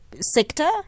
sector